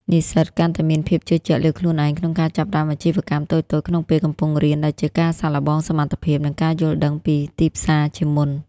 និស្សិតកាន់តែមានភាពជឿជាក់លើខ្លួនឯងក្នុងការចាប់ផ្ដើមអាជីវកម្មតូចៗក្នុងពេលកំពុងរៀន ដែលជាការសាកល្បងសមត្ថភាព និងការយល់ដឹងពីទីផ្សារជាមុន។